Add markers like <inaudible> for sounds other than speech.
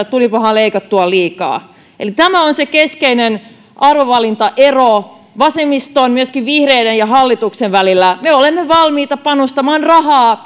että tulikohan leikattua liikaa eli tämä on se keskeinen arvovalintaero vasemmiston ja myöskin vihreiden sekä hallituksen välillä me olemme valmiita panostamaan rahaa <unintelligible>